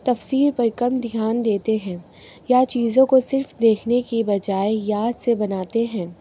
تصویر پر کم دھیان دیتے ہیں یا چیزوں کو صرف دیکھنے کی بجائے یاد سے بناتے ہیں